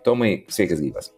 tomai sveikas gyvas